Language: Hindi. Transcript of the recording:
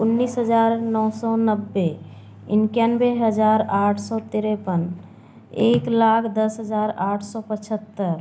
उन्नीस हज़ार नौ सौ नब्बे इकानवे हज़ार आठ सौ तिरपन एक लाख दस हज़ार आठ सौ पचहतर